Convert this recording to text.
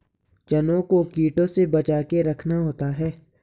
चनों को कीटों से बचाके रखना होता है